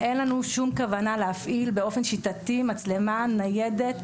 אין לנו שום כוונה להפעיל באופן שיטתי מצלמה ניידת